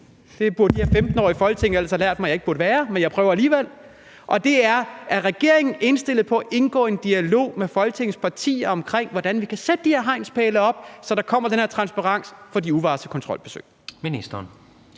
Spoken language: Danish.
det burde mine 15 år i Folketinget have lært mig at jeg ikke burde være, men jeg prøver alligevel: Er regeringen indstillet på at indgå i en dialog med Folketingets partier om, hvordan vi kan sætte de her hegnspæle op, så der kommer den her transparens i forbindelse med de uvarslede kontrolbesøg?